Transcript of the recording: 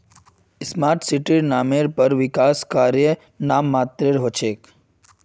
smart सिटीर नामेर पर विकास कार्य नाम मात्रेर हो छेक